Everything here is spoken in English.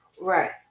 Right